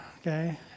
Okay